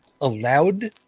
allowed